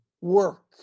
work